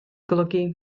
golygu